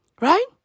Right